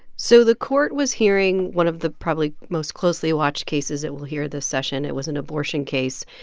so the court was hearing one of the probably most closely watched cases it will hear this session. it was an abortion case.